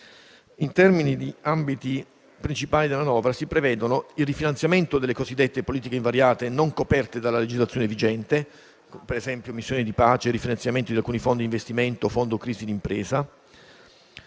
In termini di ambiti principali, nella Nota si prevedono il rifinanziamento delle cosiddette politiche invariate non coperte dalla legislazione vigente (per esempio missioni di pace, rifinanziamenti di alcuni fondi d'investimento, fondo crisi d'impresa);